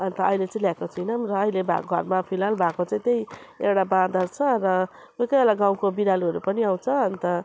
अन्त अहिले चाहिँ ल्याएको छैनौँ र अहिले भा घरमा फिलहाल भएको चाहिँ त्यही एउटा बाँदर छ र कोही कोही बेला गाउँको बिरालोहरू पनि आउँछ अन्त